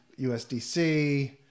USDC